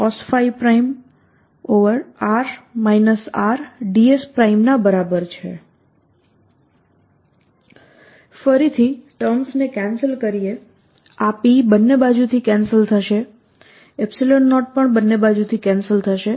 VrP30xCP30rsinθcosϕC14π0Psincosϕ|r R|ds ફરીથી terms ને cancel કરીએ આ P બંને બાજુથી કેન્સલ થશે આ 0બંને બાજુથી કેન્સલ થશે